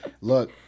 look